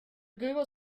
google